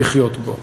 לחיות בו.